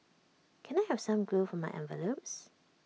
can I have some glue for my envelopes